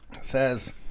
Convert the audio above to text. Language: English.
says